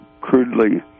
crudely